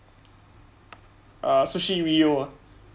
uh sushiro uh